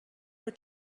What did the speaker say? were